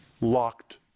locked